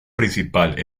principal